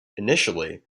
initially